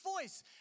voice